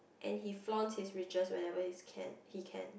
and he flaunts his riches whenever he can he can